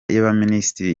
y’abaminisitiri